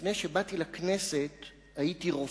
שלפני שבאתי לכנסת הייתי רופא,